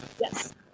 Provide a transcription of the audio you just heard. Yes